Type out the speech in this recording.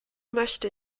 möchte